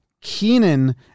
Keenan